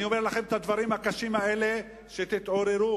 אני אומר לכם את הדברים הקשים האלה כדי שתתעוררו.